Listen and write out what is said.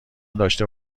داشته